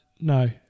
No